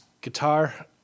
guitar